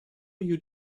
you